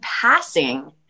passing